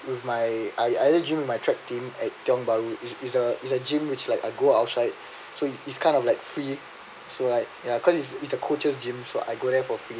with my I either gym with my track team at tiong-bahru is a is a gym which like I go outside so it is kind of like free so like ya cause it's it's the coach's gym so I go there for free